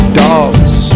dogs